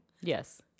Yes